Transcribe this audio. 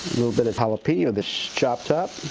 little bit of jalapeno that's chopped up.